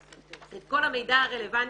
כל המידע הרלוונטי,